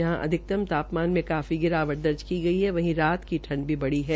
जहां अधिकतम तापमान में काफी गिरावट दर्ज की गई वहीं रात की ठंड भी बढ़ है